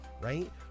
right